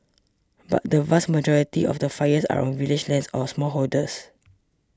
but the vast majority of the fires are on village lands or smallholders